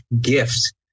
gift